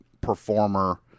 performer